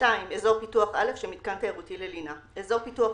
"אזור פיתוח א' של מתקן תיירותי ללינה אזור פיתוח